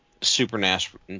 supernatural